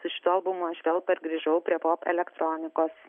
su šituo albumu aš vėl pergrįžau prie popelektronikos